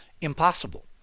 impossible